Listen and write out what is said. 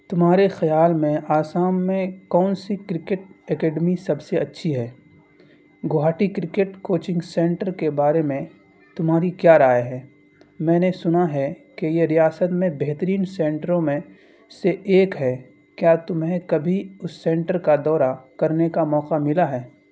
تمہارے خیال میں آسام میں کون سی کرکٹ اکیڈمی سب سے اچھی ہے گوہاٹی کرکٹ کوچنگ سنٹر کے بارے میں تمہاری کیا رائے ہے میں نے سنا ہے کہ یہ ریاست میں بہترین سنٹروں میں سے ایک ہے کیا تمہیں کبھی اس سنٹر کا دورہ کرنے کا موقع ملا ہے